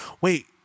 Wait